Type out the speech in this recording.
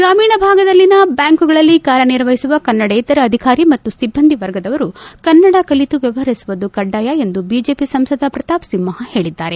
ಗ್ರಾಮೀಣ ಭಾಗದಲ್ಲಿನ ಬ್ಯಾಂಕುಗಳಲ್ಲಿ ಕಾರ್ಯ ನಿರ್ವಹಿಸುವ ಕನ್ನಡೇತರ ಅಧಿಕಾರಿ ಮತ್ತು ಸಿಬ್ಬಂದಿ ವರ್ಗದವರು ಕನ್ನಡ ಕಲಿತು ವ್ಲವಹರಿಸುವುದು ಕಡ್ಡಾಯ ಎಂದು ಬಿಜೆಪಿ ಸಂಸದ ಪ್ರತಾಪಸಿಂಹ ಹೇಳಿದ್ದಾರೆ